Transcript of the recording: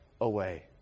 away